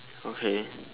okay